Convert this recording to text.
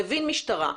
מבין משטרה.